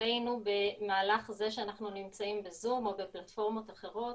שאוספים במהלך זה שאנחנו נמצאים בזום או בפלטפורמות אחרות,